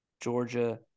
Georgia